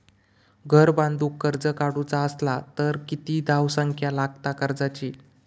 घर बांधूक कर्ज काढूचा असला तर किती धावसंख्या लागता कर्जाची?